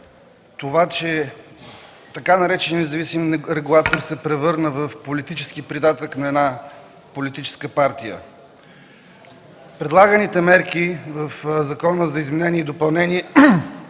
това, че така нареченият „независим регулатор” се превърна в политически придатък на една политическа партия. Предлаганите мерки в Закона за изменение и допълнение